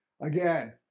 Again